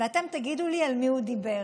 ואתם תגידו לי על מי הוא דיבר,